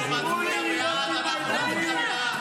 אני מזמין את חבר הכנסת אוהד טל להציג את הצעת החוק